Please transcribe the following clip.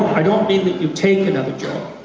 i don't i mean that you take another job,